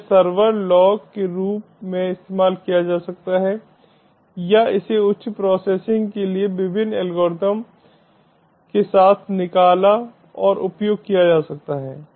तो यह server log के रूप में इस्तेमाल किया जा सकता है या इसे उच्च प्रोसेसिंग के लिए विभिन्न एल्गोरिदम के साथ निकाला और उपयोग किया जा सकता है